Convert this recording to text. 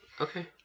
Okay